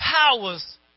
powers